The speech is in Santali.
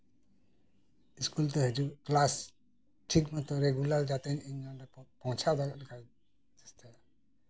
ᱤᱥᱠᱩᱞ ᱛᱮ ᱦᱤᱡᱩᱜ ᱠᱮᱞᱟᱥ ᱴᱷᱤᱠ ᱢᱚᱛᱚ ᱱᱚᱰᱮ ᱨᱮᱜᱩᱞᱟᱨ ᱞᱮᱠᱟ ᱯᱳᱪᱷᱳᱪᱷᱟᱣ ᱫᱟᱲᱮᱜ ᱟᱹᱧ ᱪᱮᱥᱴᱟᱭᱟ